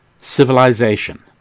civilization